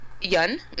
Yun